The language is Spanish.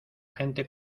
gente